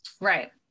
Right